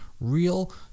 real